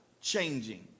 changing